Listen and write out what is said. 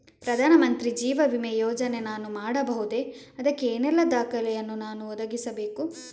ಪ್ರಧಾನ ಮಂತ್ರಿ ಜೀವ ವಿಮೆ ಯೋಜನೆ ನಾನು ಮಾಡಬಹುದೇ, ಅದಕ್ಕೆ ಏನೆಲ್ಲ ದಾಖಲೆ ಯನ್ನು ನಾನು ಒದಗಿಸಬೇಕು?